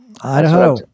Idaho